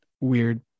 weird